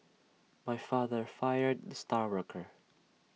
my father fired the star worker